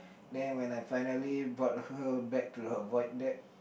then when I finally brought her back to her void deck